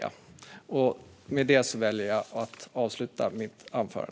Tack för debatten!